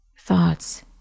thoughts